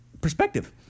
perspective